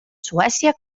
suècia